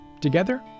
together